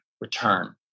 return